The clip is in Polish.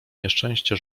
nieszczęście